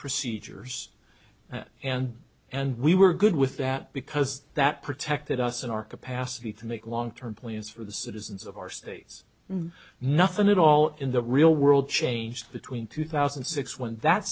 procedures and and we were good with that because that protected us in our capacity to make long term plans for the citizens of our states and nothing at all in the real world changed between two thousand and six when that